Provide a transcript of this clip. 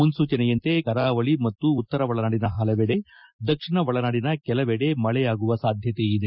ಮುನ್ಲೂಚನೆಯಂತೆ ಕರಾವಳಿ ಮತ್ತು ಉತ್ತರ ಒಳನಾಡಿನ ಪಲವೆಡೆ ದಕ್ಷಿಣ ಒಳನಾಡಿನ ಕೆಲವಡೆ ಮಳೆಯಾಗುವ ಸಾಧ್ಯಕೆ ಇದೆ